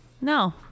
No